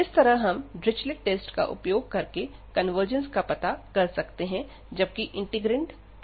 इस तरह हम डिरिचलेट टेस्ट का उपयोग करके कन्वर्जन्स का पता कर सकते हैं जबकि इंटीग्रैंड प्रोडक्ट रूप में हो